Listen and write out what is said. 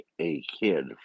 A-kid